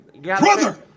brother